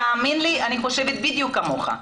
תאמין לי, אני חושבת בדיוק כמוך.